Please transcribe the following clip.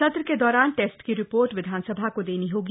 सत्र का दौरान टफ्ट की रिपोर्ट विधानसभा को दम्री होगी